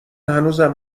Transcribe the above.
هنوزم